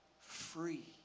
free